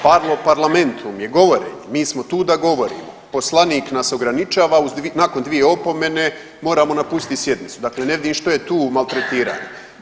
Parlo parlamentum je govore, mi smo tu da govorimo, poslanik nas ograničava, nakon dvije opomene moramo napustiti sjednicu, dakle ne vidim što je tu maltretiranje.